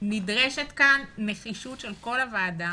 נדרשת כאן נחישות של כל הוועדה